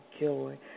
joy